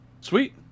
Sweet